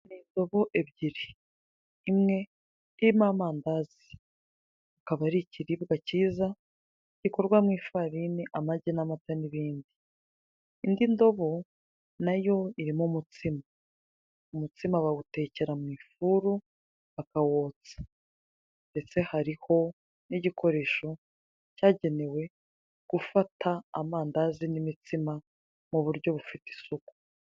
Indobo ebyiri, imwe irimo amandazi, akaba ari ikiribwa cyiza gikorwa mu ifarini, amagi n'amata n'ibindi, indi ndobo nayo irimo umutsima, umutsima bawutekera mu ifuru bakawutsa ndetse hariho n'igikoresho cyagenewe gufata amandazi n'imitsima mu buryo bufite isuku.